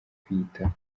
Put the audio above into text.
kwiyitaho